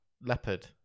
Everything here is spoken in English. leopard